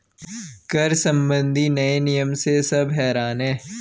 कर संबंधी नए नियम से सब हैरान हैं